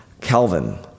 Calvin